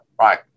right